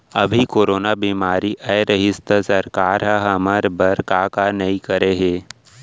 अभी कोरोना बेमारी अए रहिस त सरकार हर हमर बर का का नइ करे हे